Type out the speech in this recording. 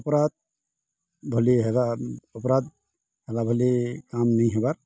ଅପରାଧ ଭଳି ହେବା ଅପରାଧ ହେଲା ଭଳି କାମ ନେଇ ହେବାର୍